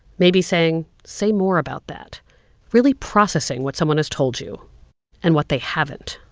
maybe saying, say more about that really processing what someone has told you and what they haven't.